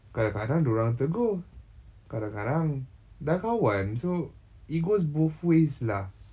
kadang-kadang dia orang tegur kadang-kadang dah kawan so it goes both ways lah